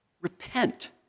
Repent